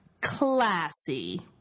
classy